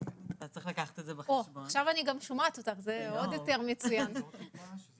יש לי את